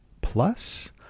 plus